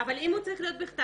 אבל אם הוא צריך להיות בכתב,